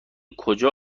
کجا